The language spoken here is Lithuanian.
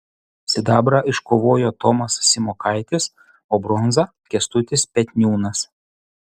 sidabrą iškovojo tomas simokaitis o bronzą kęstutis petniūnas